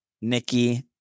Nikki